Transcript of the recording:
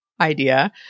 idea